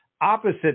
opposite